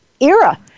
era